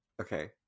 okay